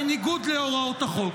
בניגוד להוראות החוק.